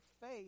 faith